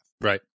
Right